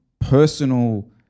personal